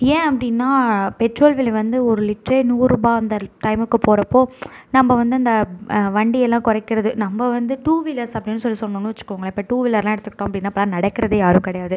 ஏன் அப்படின்னா பெட்ரோல் விலை வந்து ஒரு லிட்டரே நூறுரூபா அந்த டைமுக்கு போகிறப்போ நம்ம வந்து அந்த வண்டியெல்லாம் குறைக்கிறது நம்ப வந்து டூ வீலர்ஸ் அப்படின்னு சொல்லி சொன்னோம்னு வச்சுக்கோங்க இப்போ டூவீலர்லாம் எடுத்துக்கிட்டோம் அப்படினா இப்போலாம் நடக்கிறதே யாரும் கிடையாது